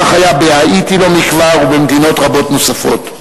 כך היה בהאיטי לא מכבר ובמדינות רבות נוספות.